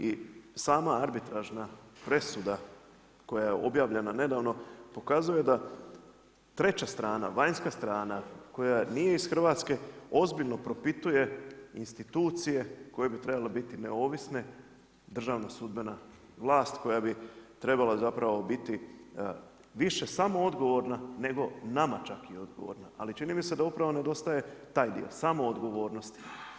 I sama arbitražna presuda koje je objavljena nedavno pokazuje da treća strana, vanjska strana koja nije iz Hrvatske, ozbiljno propituje institucije koje bi trebale biti neovisne, državna sudbena vlast koja bi trebala zapravo biti više samodgovorna nego nama čak i odgovorna ali čini mi se da upravo nedostaje taj dio, samodgovornost.